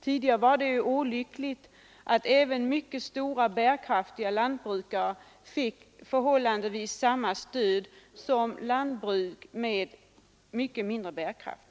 Tidigare var det ju så olyckligt att även mycket stora och bärkraftiga lantbruk erhöll förhållandevis samma stöd som lantbruk med mycket sämre bärkraft.